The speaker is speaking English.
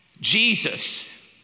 Jesus